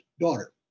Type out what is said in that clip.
daughter